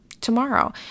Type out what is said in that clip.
tomorrow